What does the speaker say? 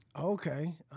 Okay